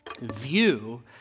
view